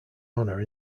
honor